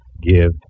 give